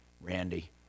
Randy